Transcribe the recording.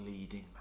leading